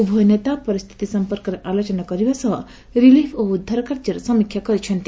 ଉଭୟ ନେତା ପରିସ୍ଥିତି ସମ୍ପର୍କରେ ଆଲୋଚନା କରିବା ସହ ରିଲିଫ୍ ଓ ଉଦ୍ଧାର କାର୍ଯ୍ୟର ସମୀକ୍ଷା କରିଛନ୍ତି